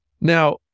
Now